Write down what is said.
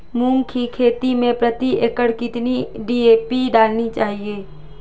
मूंग की खेती में प्रति एकड़ कितनी डी.ए.पी डालनी चाहिए?